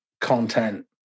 content